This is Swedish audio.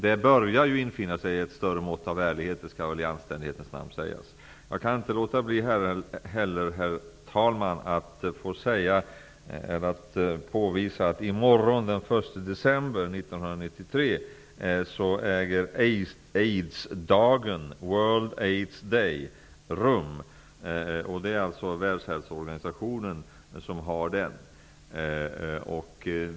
Det börjar infinna sig ett större mått av ärlighet. Det skall i anständighetens namn sägas. Jag kan inte heller låta bli att påvisa, herr talman, att i morgon, den 1 december 1993, äger Aidsdagen rum, World Aids Day. Det är Världshälsoorganisationen som står för den.